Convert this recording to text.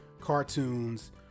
cartoons